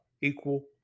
equal